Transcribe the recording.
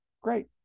great